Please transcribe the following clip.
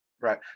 Right